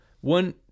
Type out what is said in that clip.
one